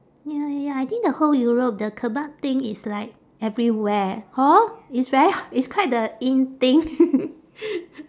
ya ya I think the whole europe the kebab thing is like everywhere hor it's very it's quite the in thing